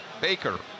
Baker